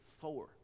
four